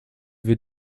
wie